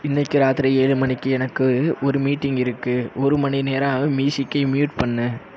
இன்றைக்கு ராத்திரி ஏழு மணிக்கு எனக்கு ஒரு மீட்டிங் இருக்குது ஒரு மணிநேரம் மியூசிக்கை மியூட் பண்ணு